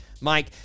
Mike